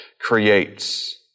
creates